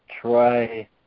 try